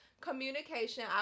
communication